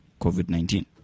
COVID-19